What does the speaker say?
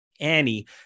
Annie